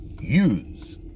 use